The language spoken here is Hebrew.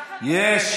חבר הכנסת גפני, יש,